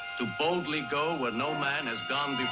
to boldly go where no man has gone